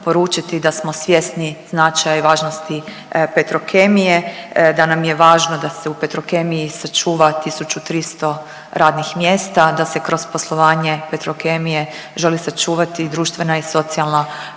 da smo svjesni značaja i važnosti, da nam je važno da se u Petrokemiji sačuva 1300 radnih mjesta, da se kroz poslovanje Petrokemije želi sačuvati društvena i socijalna